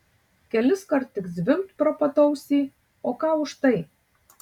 keliskart tik zvimbt pro pat ausį o ką už tai